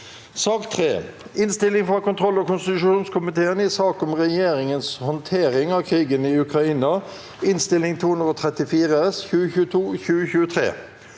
2023 Innstilling fra kontroll- og konstitusjonskomiteen i sak om regjeringens håndtering av krigen i Ukraina (Innst. 234 S (2022–2023))